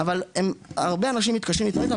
אבל הרבה אנשים מתקשים להתמודד איתם.